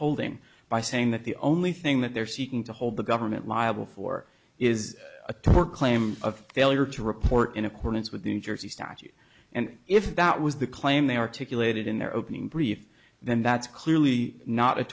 holding by saying that the only thing that they're seeking to hold the government liable for is a tougher claim of failure to report in accordance with the new jersey statute and if that was the claim they articulated in their opening brief then that's clearly not